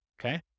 Okay